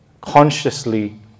consciously